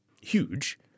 huge